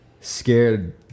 scared